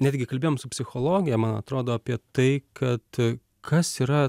netgi kalbėjom su psichologe man atrodo apie tai kad kas yra